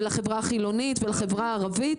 ולחברה החילונית ולחברה הערבית,